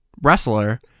wrestler